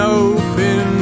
open